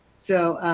so,